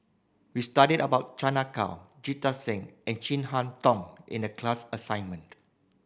we studied about Chan Ah Kow Jita Singh and Chin Harn Tong in the class assignment